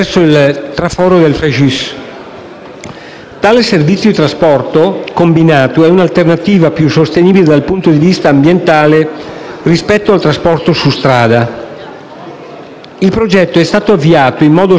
Tale servizio di trasporto combinato è un'alternativa, più sostenibile dal punto di vista ambientale, rispetto al trasporto su strada. Il progetto è stato avviato in modo sperimentale nel novembre 2003